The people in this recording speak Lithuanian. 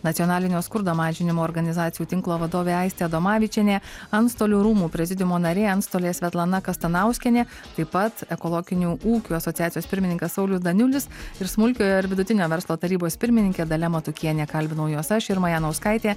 nacionalinio skurdo mažinimo organizacijų tinklo vadovė aistė adomavičienė antstolių rūmų prezidiumo narė antstolė svetlana kastanauskienė taip pat ekologinių ūkių asociacijos pirmininkas saulius daniulis ir smulkiojo ir vidutinio verslo tarybos pirmininkė dalia matukienė kalbinau juos aš irma janauskaitė